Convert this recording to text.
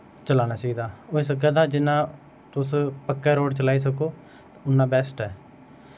चलाना चाहिदा होई सकै ता जिन्ना तुस पक्कै रोड़ चसाई सको उन्ना बैस्ट ऐ